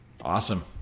Awesome